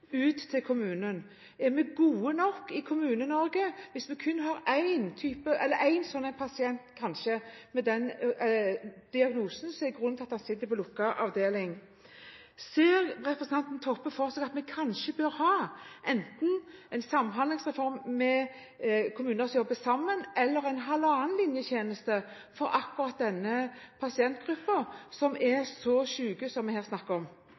ut til kommunen? Er vi gode nok i Kommune-Norge hvis vi kun har én pasient med den diagnosen som er grunnen til at han sitter på lukket avdeling? Ser representanten Toppe for seg at vi kanskje bør ha enten en samhandlingsreform med kommuner som jobber sammen, eller en halvannenlinjetjeneste for akkurat denne gruppen pasienter som er så syke, som vi her snakker om?